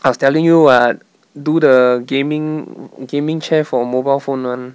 I was telling you [what] do the gaming gaming chair for mobile phone [one]